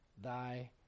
thy